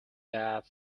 that